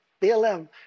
BLM